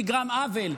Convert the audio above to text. נגרם עוול,